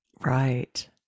Right